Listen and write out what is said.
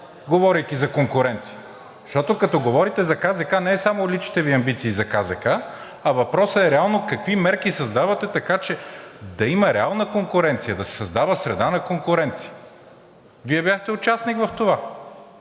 говорейки за конкуренция? Защото, като говорите за КЗК, не е само личните Ви амбиции за КЗК, а въпросът е реално какви мерки създавате, така че да има реална конкуренция, да се създава среда на конкуренция. Вие бяхте участник в това.